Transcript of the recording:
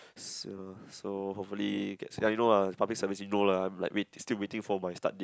so so hopefully you know lah public service you know lah I still waiting for my start date